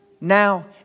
now